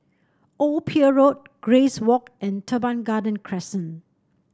Old Pier Road Grace Walk and Teban Garden Crescent